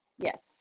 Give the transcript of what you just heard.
Yes